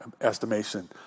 estimation